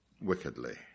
wickedly